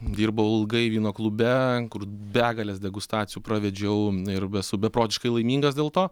dirbau ilgai vyno klube kur begales degustacijų pravedžiau ir esu beprotiškai laimingas dėl to